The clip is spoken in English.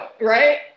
right